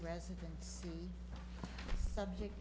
residence subject